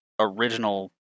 original